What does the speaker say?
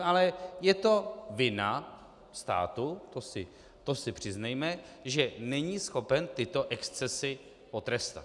Ale je to vina státu, to si přiznejme, že není schopen tyto excesy potrestat.